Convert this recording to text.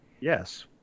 Yes